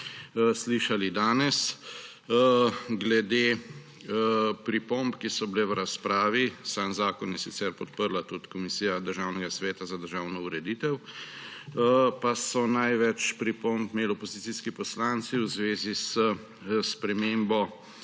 slišali danes. Glede pripomb, ki so bile v razpravi – sam zakon je sicer podprla tudi Komisija Državnega sveta za državno ureditev – pa so največ pripomb imeli opozicijski poslanci v zvezi s spremembo